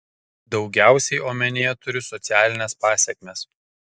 daugiausiai omenyje turiu socialines pasekmes